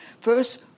First